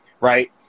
right